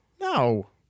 No